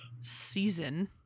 season